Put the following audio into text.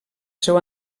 seu